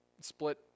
split